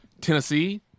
Tennessee